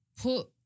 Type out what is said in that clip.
Put